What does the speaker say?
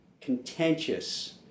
contentious